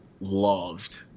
loved